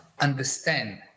understand